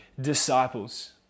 disciples